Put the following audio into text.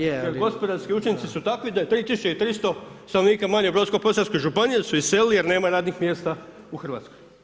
Jer gospodarski učinci su takvi da je 3300 stanovnika manje u Brodsko-posavskoj županiji jer su iselili jer nema radnih mjesta u Hrvatskoj.